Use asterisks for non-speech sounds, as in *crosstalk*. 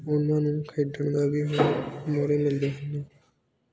ਉਹਨਾਂ ਨੂੰ ਖੇਡਣ ਦਾ ਵੀ *unintelligible* ਮਿਲਦੇ ਹਨ